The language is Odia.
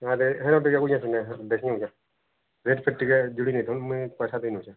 ସିଆଡ଼େ ସିଆଡ଼େ ଟିକିଏ ବୁଲି ଆସୁନେ ଦେଖିନି ଯାଆ ଡ୍ରେସ୍ଟା ଟିକିଏ ଜୁଡ଼ି ଦେଇଥାନ ମେ ପଇସା ଦେଇ ନେଉଛି